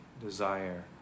desire